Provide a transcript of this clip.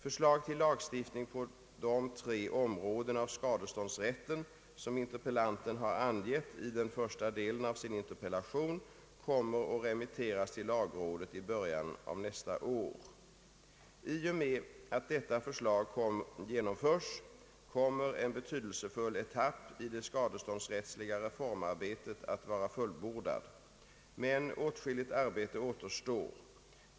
Förslag till lagstiftning på de tre områden av skadeståndsrätten som interpellanten har angett i den första delen av sin interpellation kommer att remitteras till lagrådet i början av nästa år. I och med att detta förslag genomförs kommer en betydelsefull etapp i det skadeståndsrättsliga reformarbetet att vara fullbordad. Men åtskilligt arbe te återstår.